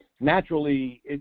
Naturally